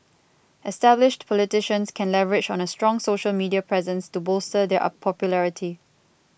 established politicians can leverage on a strong social media presence to bolster their popularity